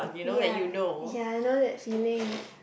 ya ya I know that feeling